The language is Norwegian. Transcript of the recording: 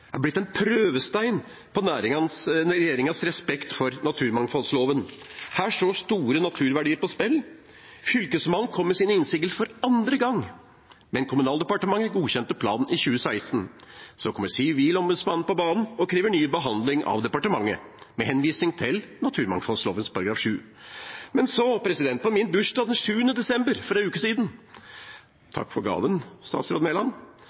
sør–Veakrossen, er blitt en prøvestein på regjeringens respekt for naturmangfoldloven. Her står store naturverdier på spill. Fylkesmannen kom med sine innsigelser for andre gang, men Kommunaldepartementet godkjente planen i 2016. Så kommer Sivilombudsmannen på banen og krever ny behandling av departementet, med henvisning til naturmangfoldloven § 7. Men så, på min bursdag den 7. desember, for en uke siden – takk til statsråd Mæland